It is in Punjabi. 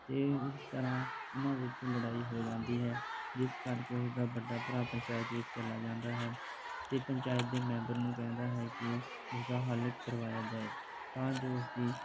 ਅਤੇ ਇਸ ਤਰ੍ਹਾਂ ਇਹਨਾਂ ਵਿੱਚ ਲੜਾਈ ਹੋ ਜਾਂਦੀ ਹੈ ਜਿਸ ਕਰਕੇ ਉਸਦਾ ਵੱਡਾ ਭਰਾ ਪੰਚਾਇਤ ਵਿੱਚ ਚਲਾ ਜਾਂਦਾ ਹੈ ਅਤੇ ਪੰਚਾਇਤ ਦੇ ਮੈਂਬਰ ਨੂੰ ਕਹਿੰਦਾ ਹੈ ਕਿ ਉਸਦਾ ਹੱਲ ਕਰਵਾਇਆ ਜਾਏ ਤਾਂ ਜੋ ਉਸਦੀ